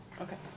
Okay